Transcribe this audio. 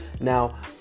Now